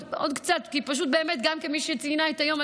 עוד קצת, גם כמי שבאמת ציינה את היום.